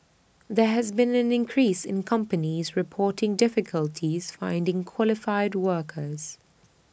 there has been an increase in companies reporting difficulties finding qualified workers